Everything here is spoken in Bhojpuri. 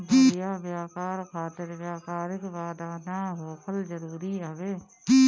बढ़िया व्यापार खातिर व्यापारिक बाधा ना होखल जरुरी हवे